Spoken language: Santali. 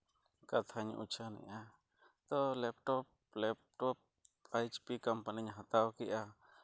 ᱠᱟᱛᱷᱟᱧ ᱩᱪᱷᱟᱹᱱᱮᱜᱼᱟ ᱛᱚ ᱞᱮᱯᱴᱚᱯ ᱞᱮᱯᱴᱚᱯ ᱮᱭᱤᱪ ᱯᱤ ᱠᱚᱢᱯᱟᱱᱤᱧ ᱦᱟᱛᱟᱣ ᱠᱮᱜᱼᱟ